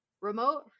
remote